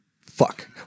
Fuck